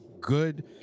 good